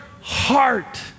heart